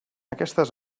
aquestes